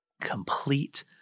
complete